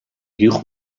joech